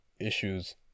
issues